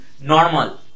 normal